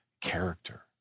character